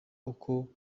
uko